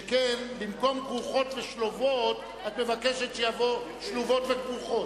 שכן במקום "כרוכות ושלובות" את מבקשת שיבוא "שלובות וכרוכות".